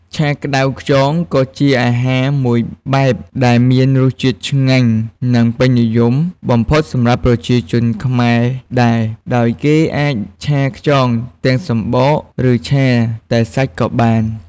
ឆាក្ដៅខ្យង ក៏ជាអាហារមួយបែបដែលមានរសជាតិឆ្ងាញ់ និងពេញនិយមបំផុតសម្រាប់ប្រជាជនខ្មែរដែរ ដោយគេអាចឆាខ្យងទាំងសំបក ឬឆាតែសាច់ក៏បាន។